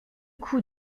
coups